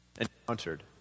encountered